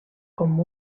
com